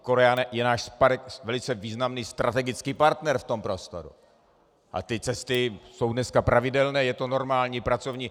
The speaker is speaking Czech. Korea je náš velice významný strategický partner v tom prostoru a ty cesty jsou dneska pravidelné, je to normální pracovní...